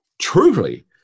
truly